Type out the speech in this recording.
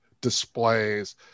displays